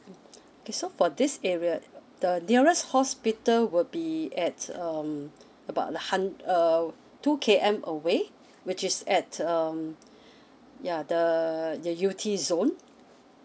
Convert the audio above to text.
it's so for this area the nearest hospital will be at um about a hun~ uh two K_M away which is at um ya the u t zone